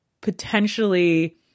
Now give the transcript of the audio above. potentially